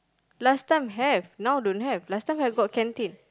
last time have now don't have last time have got canteen